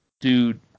dude